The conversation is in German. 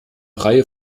reihe